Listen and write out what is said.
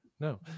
No